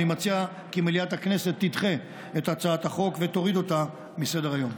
אני מציע כי מליאת הכנסת תדחה את הצעת החוק ותוריד אותה מסדר-היום.